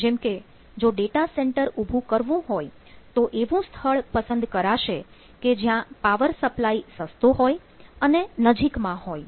જેમ કે જો ડેટા સેન્ટર ઉભું કરવું હોય તો એવું સ્થળ પસંદ કરાશે કે જ્યાં પાવર સપ્લાય સસ્તો હોય અને નજીકમાં હોય